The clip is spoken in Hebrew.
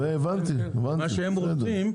מה שהם רוצים,